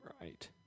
right